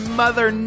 mother